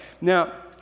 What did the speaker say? Now